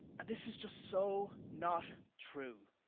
and this is just so not true.